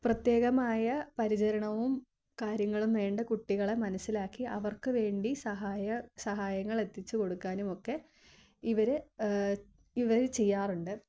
പ്രത്യേകമായ പരിചരണവും കാര്യങ്ങളും വേണ്ട കുട്ടികളെ മനസ്സിലാക്കി അവർക്കു വേണ്ടി സഹായ സഹായങ്ങളെത്തിച്ചു കൊടുക്കാനുമൊക്കെ ഇവർ ഇവർ ചെയ്യാറുണ്ട്